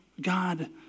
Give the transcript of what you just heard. God